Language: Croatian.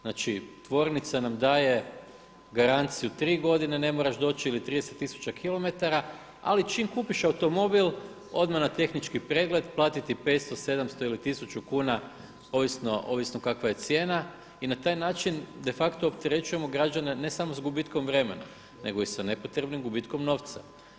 Znači, tvornica nam daje garanciju 3 godine ne moraš doći ili 30 tisuća kilometara, ali čim kupiš automobil odmah na tehnički pregled, platiti 500, 700 ili tisuću kuna ovisno kakva je cijena, i na taj način de facto opterećujemo građane ne samo s gubitkom vremena, nego i s nepotrebnim gubitkom novca.